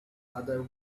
other